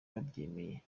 babyemeye